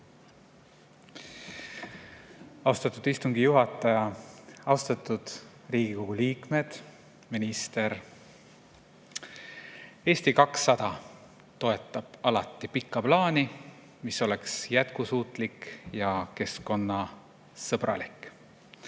Austatud istungi juhataja! Austatud Riigikogu liikmed! Minister! Eesti 200 toetab alati pikka plaani, mis on jätkusuutlik ja keskkonnasõbralik.